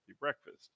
breakfast